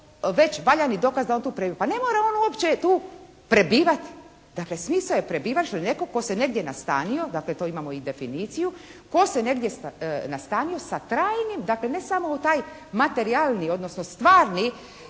već valjani dokaz da on tu prebiva. Pa ne mora on uopće tu prebivati. Dakle … /Govornik se ne razumije./ … prebivač ili netko tko se negdje nastanio, dakle to imamo i definiciju, tko se negdje nastanio sa trajnim dakle ne samo taj materijalni odnosno stvarni